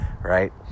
right